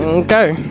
okay